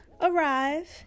arrive